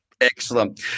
Excellent